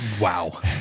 Wow